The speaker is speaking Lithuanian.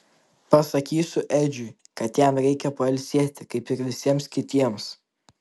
pasakysiu edžiui kad jam reikia pailsėti kaip ir visiems kitiems